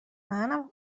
منم